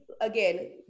again